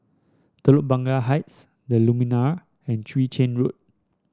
Telok Blangah Heights the Lumiere and Chwee Chian Road